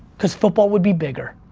cause football would be bigger.